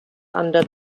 under